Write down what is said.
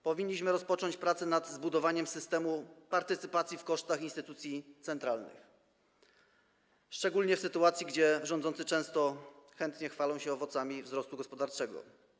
Powinniśmy rozpocząć prace nad zbudowaniem systemu partycypacji w kosztach instytucji centralnych, szczególnie w sytuacji gdy rządzący często chętnie chwalą się owocami wzrostu gospodarczego.